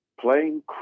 playing